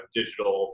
digital